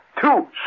two